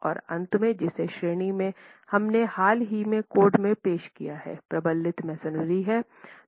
और अंत में जिस श्रेणी को हमने हाल ही में कोड में पेश किया है प्रबलित मैसनरी हैं